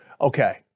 okay